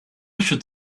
should